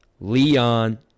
Leon